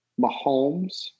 Mahomes